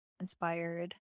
inspired